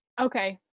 Okay